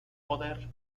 poder